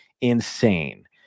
insane